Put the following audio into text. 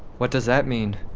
what does that mean?